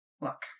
Look